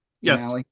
Yes